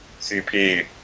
CP